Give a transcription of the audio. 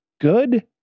good